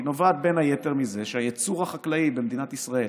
היא נובעת בין היתר מזה שהייצור החקלאי במדינת ישראל